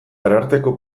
ararteko